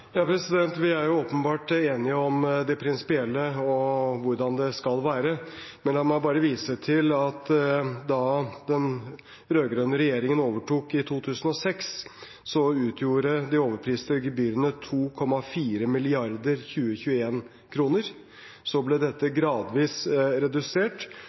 Vi er åpenbart enige om det prinsipielle og hvordan det skal være, men la meg bare vise til at da den rød-grønne regjeringen overtok i 2006, utgjorde de overpriste gebyrene 2,4 mrd. 2021-kroner. Så ble dette gradvis redusert.